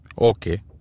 Okay